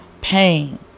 pain